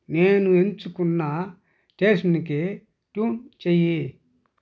నేను ఎంచుకున్న స్టేషన్కి ట్యూన్ చెయ్యి